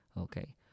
okay